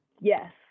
yes